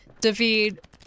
David